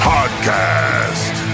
Podcast